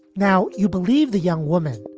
now you believe the young woman.